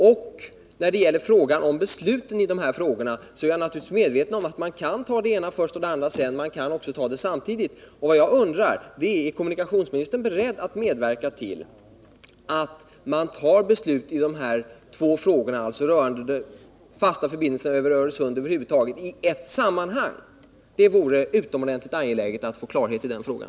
Jag är naturligtvis medveten om att man i dessa frågor kan fatta det ena beslutet först och det andra senare. Man kan också fatta dem samtidigt. Jag undrar: Är kommunikationsministern beredd att medverka till att man i ett sammanhang fattar beslut i dessa två frågor rörande fasta förbindelser över Öresund? Det är utomordentligt angeläget att få klarhet på den punkten.